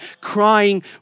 crying